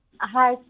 Hi